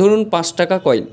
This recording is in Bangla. ধরুন পাঁচ টাকা কয়েন